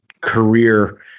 career